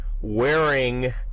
wearing